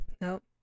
nope